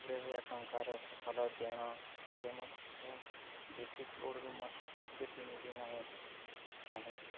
କୋଡ଼ିଏ ହଜାର ଟଙ୍କାର ସଫଲ ଦେଣ ପରେ ମଧ୍ୟ ବିଦ୍ୟୁତ୍ ବୋର୍ଡ଼ରୁ ମୋତେ ସ୍ଵୀକୃତି ସୂଚନା ମିଲିନାହିଁ କାହିଁକି